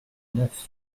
neuf